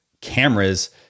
cameras